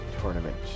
tournament